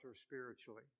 spiritually